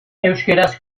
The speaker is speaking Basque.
euskaraz